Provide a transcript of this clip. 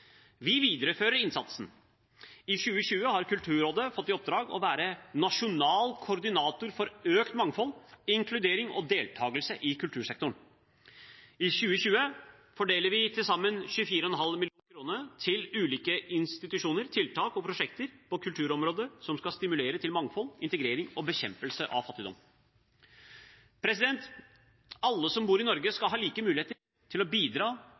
Vi viderefører innsatsen. I 2020 har Kulturrådet fått i oppdrag å være nasjonal koordinator for økt mangfold, inkludering og deltakelse i kultursektoren. I 2020 fordeler vi til sammen 24,5 mill. kr til ulike institusjoner, tiltak og prosjekter på kulturområdet som skal stimulere til mangfold, integrering og bekjempelse av fattigdom. Alle som bor i Norge skal ha like muligheter til å bidra